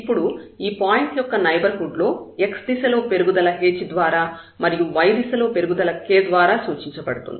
ఇప్పుడు ఈ పాయింట్ యొక్క నైబర్హుడ్ లో x దిశలో పెరుగుదల h ద్వారా మరియు y దిశలో పెరుగుదల k ద్వారా సూచించబడుతుంది